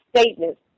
statements